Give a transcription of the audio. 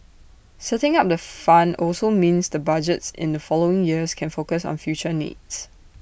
setting up the fund also means the budgets in the following years can focus on future needs